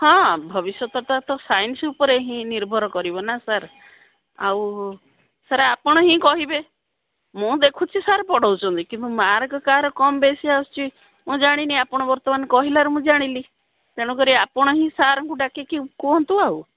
ହଁ ଭବିଷ୍ୟତଟା ତ ସାଇନ୍ସ ଉପରେ ହିଁ ନିର୍ଭର କରିବ ନା ସାର୍ ଆଉ ସାର୍ ଆପଣ ହିଁ କହିବେ ମୁଁ ଦେଖୁଛି ସାର୍ ପଢ଼ଉଛନ୍ତି କିନ୍ତୁ ମାର୍କ କାହାର କମ୍ ବେଶୀ ଆସୁଛି ମୁଁ ଜାଣିନି ଆପଣ ବର୍ତ୍ତମାନ କହିଲାରୁ ମୁଁ ଜାଣିଲି ତେଣୁକରି ଆପଣ ହିଁ ସାର୍ଙ୍କୁ ଡାକିକି କୁହନ୍ତୁ ଆଉ